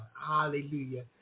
Hallelujah